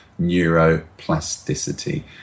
Neuroplasticity